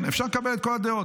אפשר לקבל את כל הדעות.